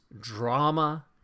drama